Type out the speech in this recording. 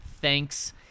Thanks